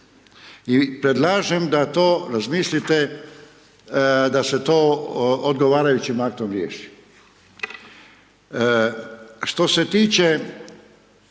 I predlažem da to razmislite da se to odgovarajućim aktom riješi.